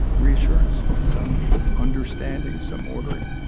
reassurance, some understanding, some ordering